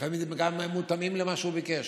שלפעמים הן גם מותאמות למה שהוא ביקש.